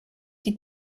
die